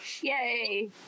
Yay